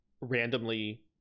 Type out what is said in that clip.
randomly